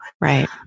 Right